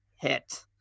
hit